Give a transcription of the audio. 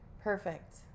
Perfect